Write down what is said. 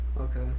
Okay